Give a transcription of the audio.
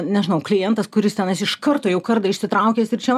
nežinau klientas kuris tenais iš karto jau kardą išsitraukęs ir čia